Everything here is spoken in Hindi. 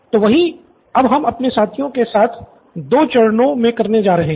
तो वही अब हम अपने साथियों के साथ दो चरणों मे करने जा रहे हैं